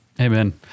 Amen